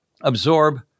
absorb